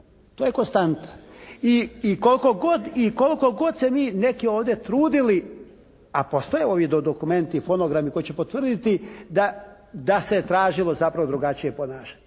To je konstanta. I koliko god se mi ovdje neki trudili a postoje ovi dokumenti, fonogrami koji će potvrditi da se tražilo zapravo drugačije ponašanje.